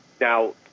now